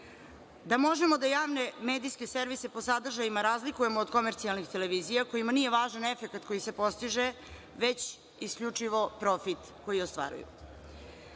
da možemo da javne medijske servise po sadržajima razlikujemo od komercijalnih televizijama kojima nije važan efekat koji se postiže već isključivo profit koji ostvaruju. Kao